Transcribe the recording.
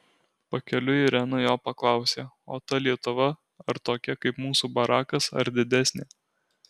pakeliui irena jo paklausė o ta lietuva ar tokia kaip mūsų barakas ar didesnė